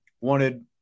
wanted